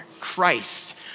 Christ